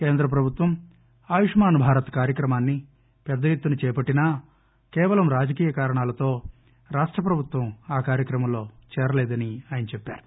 కేంద్రప్రభుత్వం ఆయుష్మాన్ భారత్ కార్యక్రమాన్ని పెద్ద ఎత్తున చేపట్టినా కేవలం రాజకీయ కారణాలతో రాష్ట ప్రభుత్వం ఆ కార్యక్రమంలో చేరలేదని ఆయ చెప్పారు